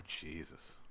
Jesus